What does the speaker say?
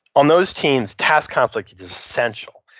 on those teams task conflict is essential.